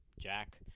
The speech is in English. jack